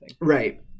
Right